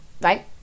right